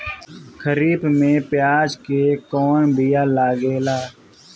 खरीफ में प्याज के कौन बीया लागेला?